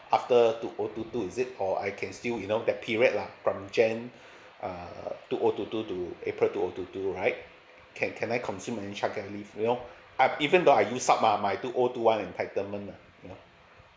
after two O two two is it or I can still you know that period lah from jan uh two o two two to april two O two two right can can I consume any childcare leave you know I even though I used up ah my my two O two entitlement lah you know